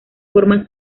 formas